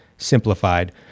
Simplified